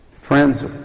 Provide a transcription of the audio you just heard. Friends